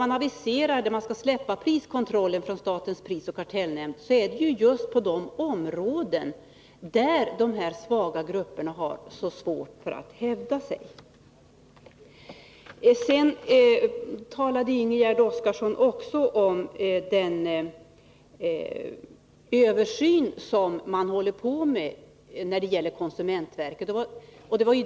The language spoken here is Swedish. Man aviserar också att SPK inte skall sköta priskontrollen på just de områden där de svaga grupperna har så svårt att hävda sig. Ingegärd Oskarsson talade om den översyn man håller på med när det gäller konsumentverket.